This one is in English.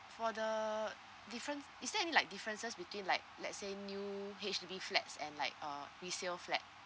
for the different is there any like differences between like let's say new H_D_B flats and like uh resale flat